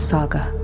Saga